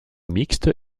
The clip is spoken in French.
mixte